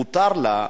מותר לה,